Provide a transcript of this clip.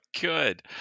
good